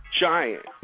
giant